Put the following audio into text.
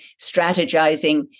strategizing